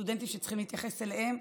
סטודנטים שצריך להתייחס אליהם,